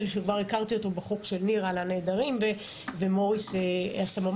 שכבר הכרתי אותו בחוק של נירה על הנעדרים ומוריס הממ"ז,